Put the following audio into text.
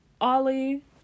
Ollie